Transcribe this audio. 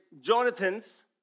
Jonathan's